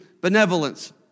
benevolence